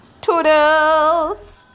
toodles